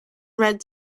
red